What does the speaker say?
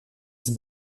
son